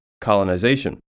colonization